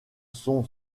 son